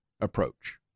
approach